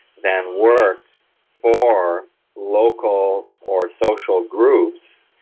then worked for local or social groups,